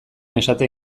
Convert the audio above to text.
esaten